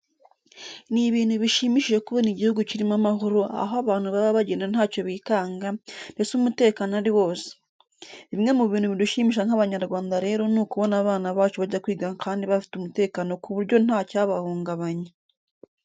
Ni ibintu bishimishije kubona igihugu kirimo amahoro aho abantu baba bagenda ntacyo bikanga, mbese umutekano ari wose. Bimwe mu bintu bidushimisha nk'Abanyarwanda rero ni ukubona abana bacu bajya kwiga kandi bafite umutekano ku buryo nta cyabahungabanya.